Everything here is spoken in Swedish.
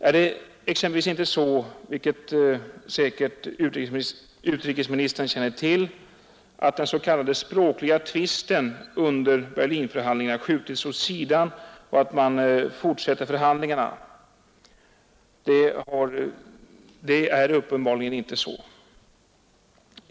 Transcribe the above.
Är det exempelvis inte så, vilket säkert herr utrikesministern känner till, att den s.k. språkliga tvisten under Berlinförhandlingarna skjutits åt sidan och att man fortsätter förhandlingarna? Det har uppenbarligen inte blivit en sådan påverkan.